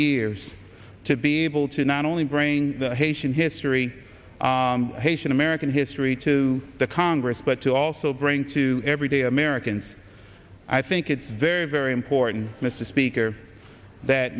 years to be able to not only bring the haitian history haitian american history to the congress but to also bring to everyday americans i think it's very very important mr speaker that